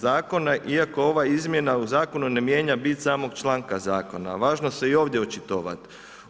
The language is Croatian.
Zakona iako ova izmjena u zakonu ne mijenja bit samog članka Zakona“ važno se i ovdje očitovat.